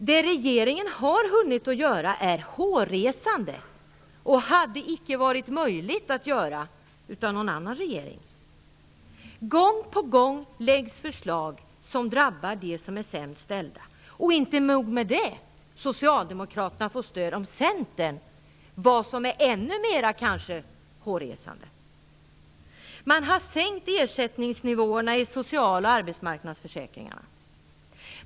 Det regeringen har hunnit att göra är hårresande och hade icke varit möjligt att göra av någon annan regering. Gång på gång läggs fram förslag som drabbar dem som är sämst ställda. Inte nog med det, Socialdemokraterna får stöd av Centern, vilket kanske är ännu mer hårresande. Man har sänkt ersättningsnivåerna i social och arbetsmarknadsförsäkringarna.